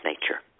nature